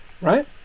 Right